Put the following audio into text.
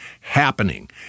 happening